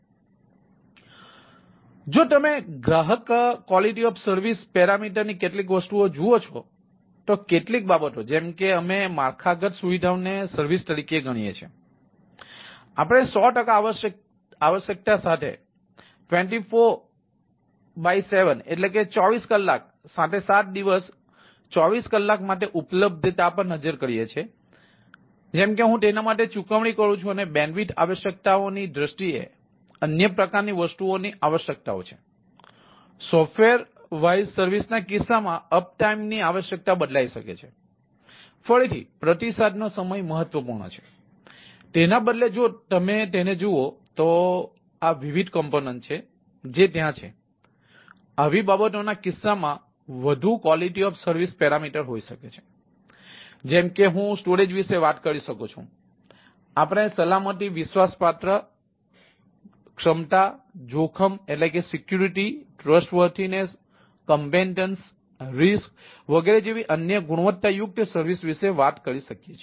તેથી જો તમે ગ્રાહક QoS પેરામીટર વગેરે જેવી અન્ય ગુણવત્તાયુક્ત સર્વિસઓ વિશે વાત કરી શકીએ છીએ